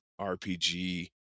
rpg